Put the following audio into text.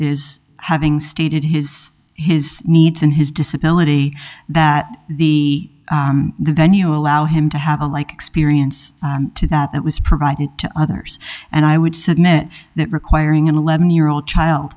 is having stated his his needs and his disability that the venue allow him to have a like experience to that it was provided to others and i would submit that requiring an eleven year old child